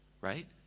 right